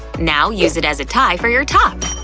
now use it as a tie for your top.